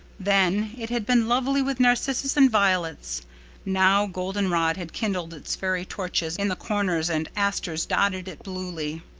then it had been lovely with narcissus and violets now golden rod had kindled its fairy torches in the corners and asters dotted it bluely.